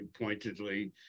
pointedly